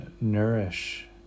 nourish